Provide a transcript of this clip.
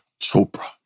Chopra